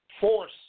Force